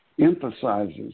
Emphasizes